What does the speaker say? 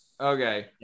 okay